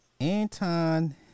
Anton